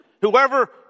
whoever